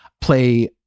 play